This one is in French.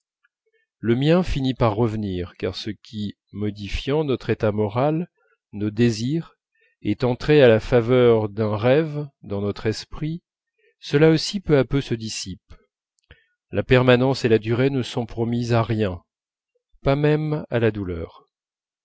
le mien finit par revenir car ce qui modifiant notre état moral nos désirs est entré à la faveur d'un rêve dans notre esprit cela aussi peu à peu se dissipe la permanence et la durée ne sont promises à rien pas même à la douleur